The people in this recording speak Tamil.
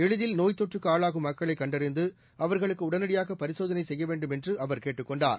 எளிதில் நோய்த்தொற்றுக்கு ஆளாகும் மக்களை கண்டறிந்து அவர்களுக்கு உடனடியாக பரிசோதனை செய்ய வேண்டும் என்று அவர் கேட்டுக் கொண்டார்